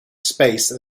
space